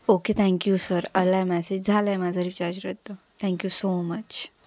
okay thank you sir आला आहे message झालं आहे माझा रिचार्ज रद्द थँक्यू सो मच